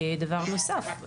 דבר נוסף,